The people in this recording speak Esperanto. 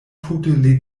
tute